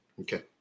Okay